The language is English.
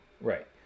Right